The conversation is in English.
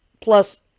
plus